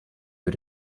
für